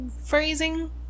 phrasing